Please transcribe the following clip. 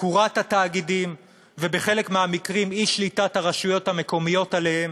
תקורת התאגידים ובחלק מהמקרים אי-שליטת הרשויות המקומיות עליהם